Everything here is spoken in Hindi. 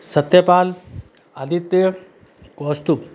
सत्यपाल आदित्य कौस्तुभ